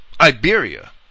Iberia